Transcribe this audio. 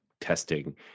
testing